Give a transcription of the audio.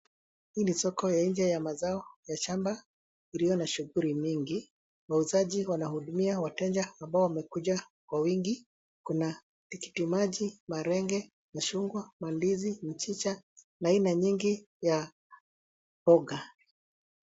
Hii ni soko ya nje ya mazao ya shamba iliyo na shughuli mingi. Wauzaji wanahudumia wateja ambao wamekuja kwa wingi. Kuna tikiti maji, malenge, machungwa, mandizi, mchicha na aina nyingi ya mboga.